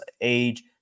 age